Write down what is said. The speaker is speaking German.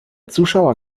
zuschauer